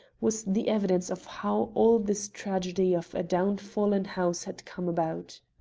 was the evidence of how all this tragedy of a downfallen house had come about.